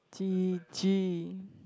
g_g